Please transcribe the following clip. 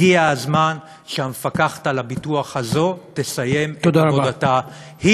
הגיע הזמן שהמפקחת על הביטוח תסיים את עבודתה.